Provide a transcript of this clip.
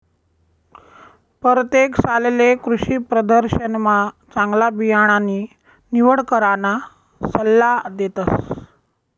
परतेक सालले कृषीप्रदर्शनमा चांगला बियाणानी निवड कराना सल्ला देतस